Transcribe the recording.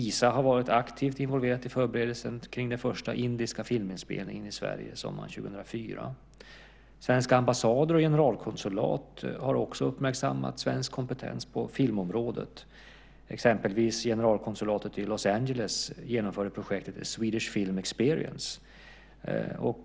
ISA har varit aktivt involverat i förberedelserna kring den första indiska filminspelningen i Sverige sommaren 2004. Svenska ambassader och generalkonsulat har också uppmärksammat svensk kompetens på filmområdet. Generalkonsulatet i Los Angeles till exempel genomförde projektet Swedish film experience.